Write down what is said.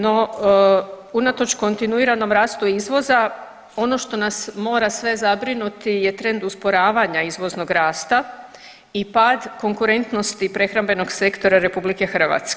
No unatoč kontinuiranom rastu izvoza ono što nas mora sve zabrinuti je trend usporavanja izvoznog rasta i pad konkurentnosti prehrambenog sektora RH.